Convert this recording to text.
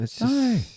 No